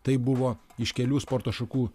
tai buvo iš kelių sporto šakų